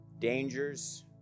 Dangers